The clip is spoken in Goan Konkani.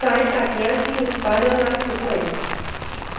कांय तांतयांचीं उत्पादनां सुचय